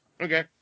Okay